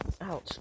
Ouch